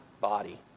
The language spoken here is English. body